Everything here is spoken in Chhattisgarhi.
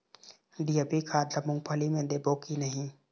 डी.ए.पी खाद ला मुंगफली मे देबो की नहीं?